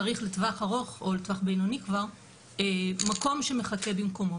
צריך לטווח ארוך או לטווח בינוני כבר מקום שמחכה במקומו.